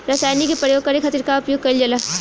रसायनिक के प्रयोग करे खातिर का उपयोग कईल जाला?